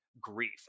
grief